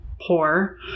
poor